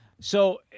So-